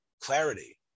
clarity